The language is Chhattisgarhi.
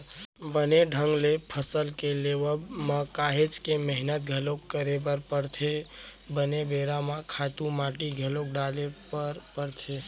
बने ढंग ले फसल के लेवब म काहेच के मेहनत घलोक करे बर परथे, बने बेरा म खातू माटी घलोक डाले बर परथे